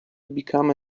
become